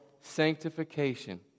sanctification